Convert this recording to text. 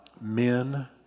men